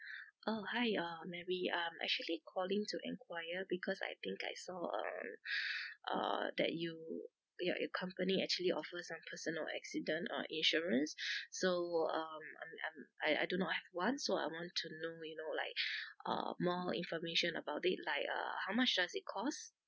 oh hi uh mary I'm actually calling to enquire because I think I saw um uh that you that your company actually offer some personal accident uh insurance so um I'm I'm I I do not have one so I want to know you know like uh more information about it like uh how much does it cost